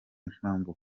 impamvu